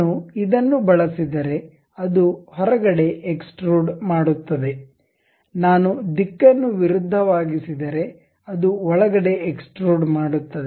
ನಾನು ಇದನ್ನು ಬಳಸಿದರೆ ಅದು ಹೊರಗಡೆ ಎಕ್ಸ್ಟ್ರುಡ್ ಮಾಡುತ್ತದೆ ನಾನು ದಿಕ್ಕನ್ನು ವಿರುದ್ಧವಾಗಿಸಿದರೆ ಅದು ಒಳಗಡೆ ಎಕ್ಸ್ಟ್ರುಡ್ ಮಾಡುತ್ತದೆ